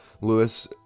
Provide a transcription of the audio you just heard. Lewis